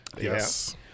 Yes